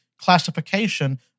classification